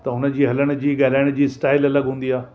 त हुनजी हलण जी ॻाल्हाइण जी स्टाइल अलॻि हूंदी आहे